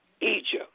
Egypt